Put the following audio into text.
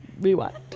rewind